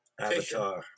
Avatar